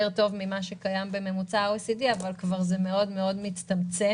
טוב ממה שקיים בממוצע ה-OECD אבל זה כבר מאוד מאוד מצטמצם